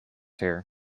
here